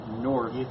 north